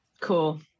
Cool